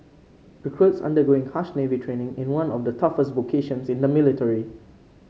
recruits undergoing harsh navy training in one of the toughest vocations in the military